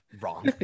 wrong